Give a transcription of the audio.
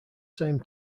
same